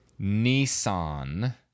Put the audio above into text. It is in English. nissan